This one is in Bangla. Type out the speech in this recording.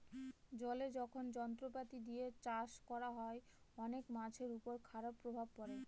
জলে যখন যন্ত্রপাতি দিয়ে চাষ করা হয়, অনেক মাছের উপর খারাপ প্রভাব পড়ে